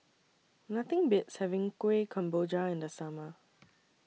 Nothing Beats having Kuih Kemboja in The Summer